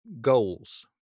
goals